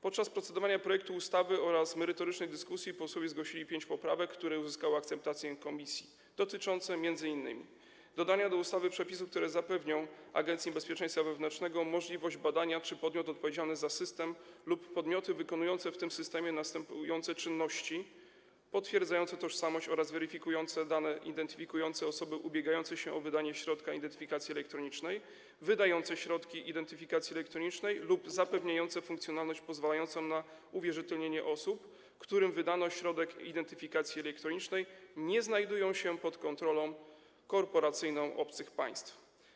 Podczas procedowania projektu ustawy oraz merytorycznej dyskusji posłowie zgłosili pięć poprawek, które uzyskały akceptację komisji, dotyczących m.in. dodania do ustawy przepisów, które zapewnią Agencji Bezpieczeństwa Wewnętrznego możliwość badania, czy podmiot odpowiedzialny za system lub podmioty wykonujące w tym systemie następujące czynności potwierdzające tożsamość oraz weryfikujące dane identyfikujące osoby ubiegające się o wydanie środka identyfikacji elektronicznej, wydające środki identyfikacji elektronicznej lub zapewniające funkcjonalność pozwalającą na uwierzytelnienie osób, którym wydano środek identyfikacji elektronicznej, nie znajdują się pod kontrolą korporacyjną obcych państw.